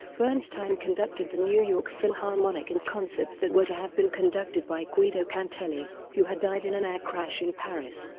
bernstein conducted the new york philharmonic in concerts that were to have been conducted by guido cantelli, who had died in an air crash in paris.